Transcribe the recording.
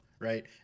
right